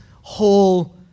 whole